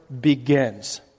begins